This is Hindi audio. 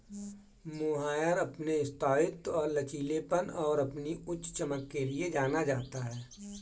मोहायर अपने स्थायित्व और लचीलेपन और अपनी उच्च चमक के लिए जाना जाता है